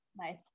Nice